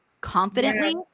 confidently